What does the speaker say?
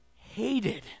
hated